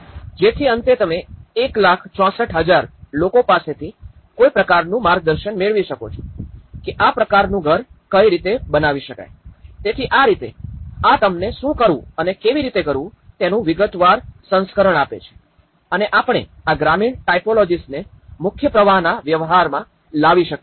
જેથી અંતે તમે ૧ લાખ૬૪૦૦૦ લોકો પાસેથી કોઈ પ્રકારનું માર્ગદર્શન મેળવી શકો છો કે આ પ્રકાર નું ઘર કઈ રીતે બનાવી શકાય તેથી આ રીતે આ તમને શું કરવું અને કેવી રીતે કરવું તેનું વિગતવાર સંસ્કરણ આપે છે અને આપણે આ ગ્રામીણ ટાઇપોલોજિસને મુખ્ય પ્રવાહના વ્યવહારમાં લાવી શકીએ છીએ